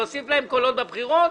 להוסיף להם קולות בבחירות?